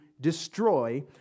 destroy